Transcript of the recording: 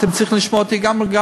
אתם צריכים לשמוע גם אותי בביקורת,